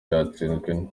cyatsinzwe